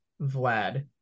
Vlad